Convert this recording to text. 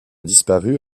disparu